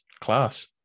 class